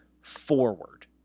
forward